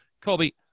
colby